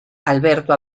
alberto